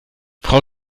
frau